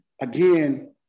again